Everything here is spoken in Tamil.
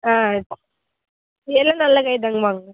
ஆ எல்லாம் நல்ல காய் தாங்க வாங்க